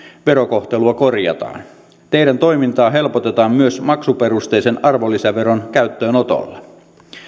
verokohtelua korjataan teidän toimintaanne helpotetaan myös maksuperusteisen arvonlisäveron käyttöönotolla